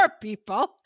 people